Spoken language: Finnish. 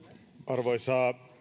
arvoisa